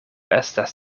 estas